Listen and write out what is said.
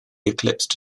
eclipsed